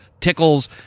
tickles